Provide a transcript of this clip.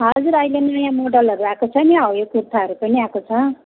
हजुर अहिले नयाँ मोडलहरू आएको छ नि हो यो कुर्थाहरू पनि आएको छ